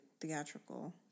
theatrical